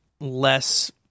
less